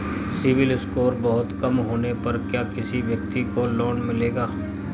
CIBIL score बहुत कम होने पर क्या किसी व्यक्ति को लोंन मिलेगा?